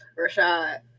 Rashad